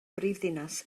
brifddinas